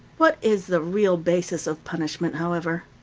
what is the real basis of punishment, however?